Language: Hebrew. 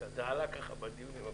זה עלה ככה בדיונים הקודמים.